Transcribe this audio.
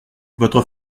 votre